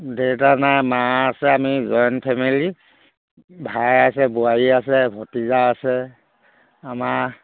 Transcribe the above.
দেউতা নাই মা আছে আমি জইণ ফেমিলি ভাই আছে বোৱাৰী আছে ভতিজা আছে আমাৰ